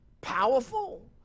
powerful